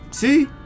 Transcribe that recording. See